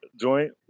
joint